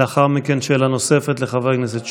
לאחר מכן, שאלה נוספת לחבר הכנסת שירי.